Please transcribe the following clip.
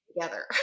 together